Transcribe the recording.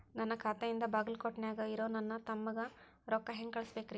ನನ್ನ ಖಾತೆಯಿಂದ ಬಾಗಲ್ಕೋಟ್ ನ್ಯಾಗ್ ಇರೋ ನನ್ನ ತಮ್ಮಗ ರೊಕ್ಕ ಹೆಂಗ್ ಕಳಸಬೇಕ್ರಿ?